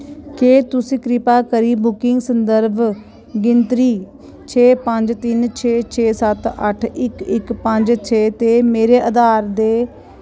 केह् तुस कृपा करी बुकिंग संदर्भ गिनतरी छे पंज तिन्न छे छे सत्त अट्ठ इक इक पंज छे ते मेरे आधार दे